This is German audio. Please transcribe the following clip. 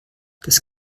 das